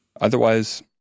otherwise